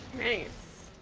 nice